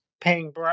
paying